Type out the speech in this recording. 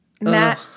Matt